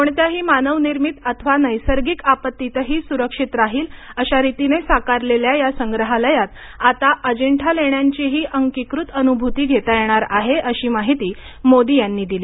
कोणत्याही मानव निर्मित अथवा नैसर्गिक आपत्तीतही सुरक्षित राहील अशा रितीने साकारलेल्या या संग्रहालयात आता अजिंठा लेण्यांचीही अंकिकृत अनुभूती घेता येणार आहे अशी माहिती मोदी यांनी दिली